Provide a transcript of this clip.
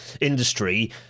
industry